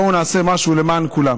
בואו נעשה משהו למען כולם.